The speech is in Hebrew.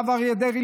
הרב אריה דרעי,